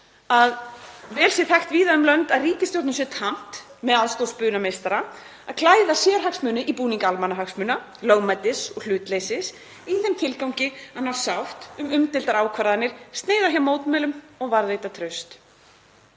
að vel sé þekkt víða um lönd að ríkisstjórnum sé tamt með aðstoð spunameistara að klæða sérhagsmuni í búning almannahagsmuna, lögmætis og hlutleysis í þeim tilgangi að ná sátt um umdeildar ákvarðanir, sneiða hjá mótmælum og varðveita traust.